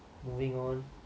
moving on